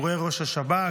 פיטורי ראש השב"כ.